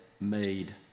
made